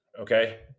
okay